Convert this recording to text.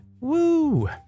woo